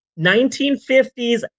1950s